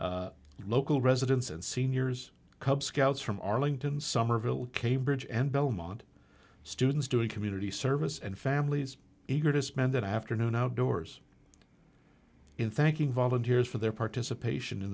schools local residents and seniors cub scouts from arlington somerville cambridge and belmont students doing community service and families eager to spend that afternoon outdoors in thanking volunteers for their participation in